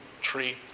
tree